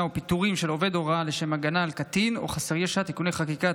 ופיטורין של עובד הוראה לשם הגנה על קטין או חסר ישע (תיקוני חקיקה),